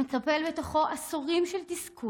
המקפל בתוכו עשורים של תסכול